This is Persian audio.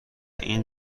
این